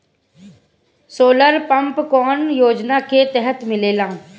Solar pump कौने योजना के तहत मिलेला?